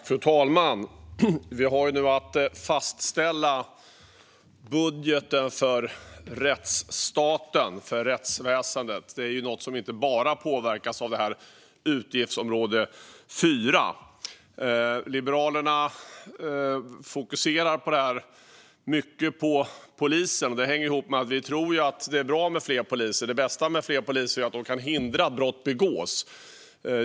Fru talman! Vi har nu att fastställa budgeten för rättsstaten, för rättsväsendet. Det är något som inte bara påverkas av utgiftsområde 4. Liberalerna fokuserar mycket på polisen, och det hänger ihop med att vi tror att det är bra med fler poliser. Det bästa med fler poliser är att de kan hindra att brott begås.